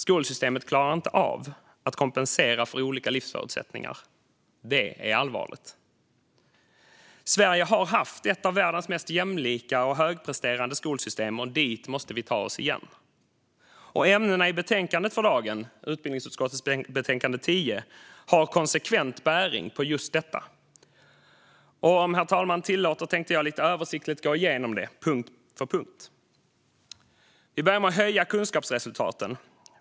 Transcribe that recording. Skolsystemet klarar inte av att kompensera för olika livsförutsättningar. Det är allvarligt. Sverige har haft ett av världens mest jämlika och högpresterande skolsystem. Dit måste vi ta oss igen. Ämnena i betänkandet för dagen, utbildningsutskottets betänkande 10, har konsekvent bäring på just detta. Om herr talmannen tillåter tänker jag lite översiktligt gå igenom det punkt för punkt. Vi börjar med att höja kunskapsresultaten.